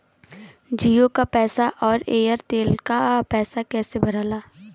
जीओ का पैसा और एयर तेलका पैसा कैसे भराला?